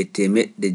e teemeɗɗe njo-